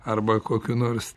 arba kokiu nors